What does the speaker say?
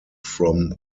from